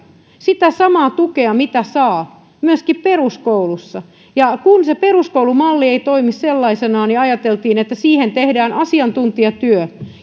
sitä samaa tukea mitä saa myöskin peruskoulussa ja kun se peruskoulumalli ei toimi sellaisenaan ajateltiin että siihen tehdään asiantuntijatyö